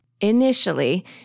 Initially